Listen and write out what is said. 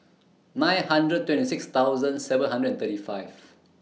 nine hundred twenty six thousand seven hundred and thirty five